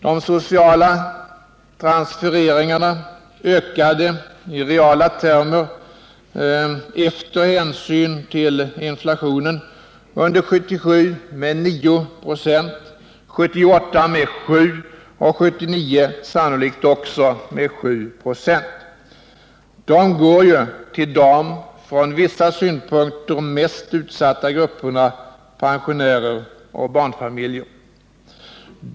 De sociala transfereringarna ökade i reala termer och efter hänsyn till inflationen under 1977 med 9 96, 1978 med 7 96 och 1979 sannolikt också med 7 96. De går ju till de från vissa synpunkter mest utsatta grupperna, pensionärer och barnfamiljer.